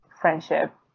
friendship